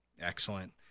Excellent